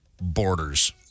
Borders